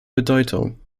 bedeutung